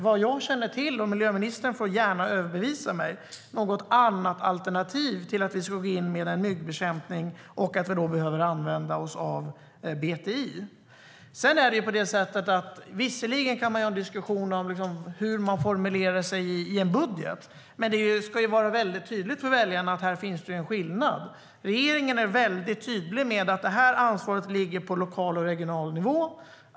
Vad jag känner till - miljöministern får gärna överbevisa mig - finns det inte något annat alternativ till att gå in med myggbekämpning och att vi behöver använda oss av BTI.Visserligen kan man ha en diskussion om hur man formulerar sig i en budget. Men det ska vara tydligt för väljarna att det finns en skillnad här. Regeringen är väldigt tydlig med att ansvaret ligger på lokal och regional nivå.